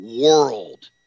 world